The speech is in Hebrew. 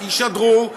ישדרו,